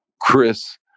Chris